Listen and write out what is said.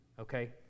Okay